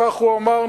כך הוא אמר,